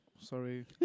sorry